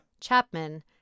Chapman